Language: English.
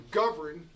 govern